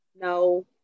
no